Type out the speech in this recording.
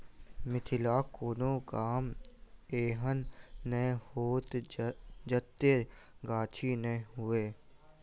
मिथिलाक कोनो गाम एहन नै होयत जतय गाछी नै हुए